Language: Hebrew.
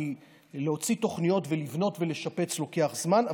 כי להוציא תוכניות ולבנות ולשפץ לוקח זמן,